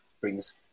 brings